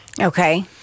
Okay